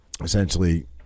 essentially